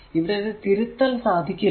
ഇവിടെ ഒരു തിരുത്തൽ സാധിക്കില്ല